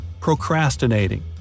Procrastinating